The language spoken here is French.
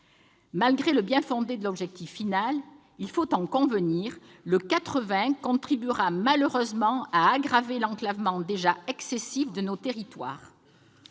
Malgré le bien-fondé de l'objectif final, il faut convenir que cette limitation contribuera, malheureusement, à aggraver l'enclavement déjà excessif de nos territoires.